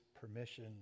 permission